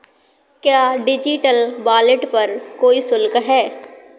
क्या digital wallet पर कोई शुल्क है?